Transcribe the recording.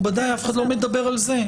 מכובדיי, אף אחד לא מדבר על זה.